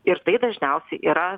ir tai dažniausiai yra